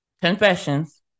Confessions